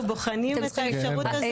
אנחנו בוחנים את האפשרות הזאת.